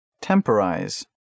Temporize